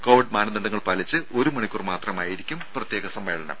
Covid മാനദണ്ഡങ്ങൾ പാലിച്ച് ഒരു മണിക്കൂർ മാത്രമായിരിക്കും പ്രത്യേക സമ്മേളനം